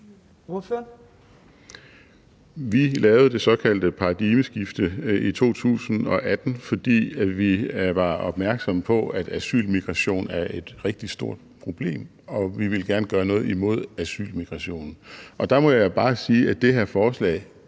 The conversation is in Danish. Vi lavede det såkaldte paradigmeskifte i 2018, fordi vi var opmærksomme på, at asylmigration er et rigtig stort problem, og vi ville gerne gøre noget imod asylmigrationen. Der må jeg bare sige, at det her forslag